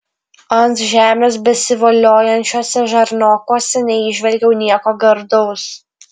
ant žemės besivoliojančiuose žarnokuose neįžvelgiau nieko gardaus